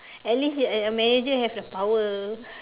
at least a manager have the power